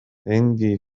عندي